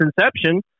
inception